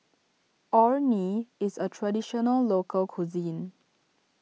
Orh Nee is a Traditional Local Cuisine